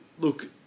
look